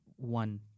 one